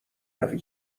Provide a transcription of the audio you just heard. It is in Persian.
روی